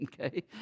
okay